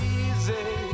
easy